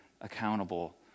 accountable